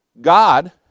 God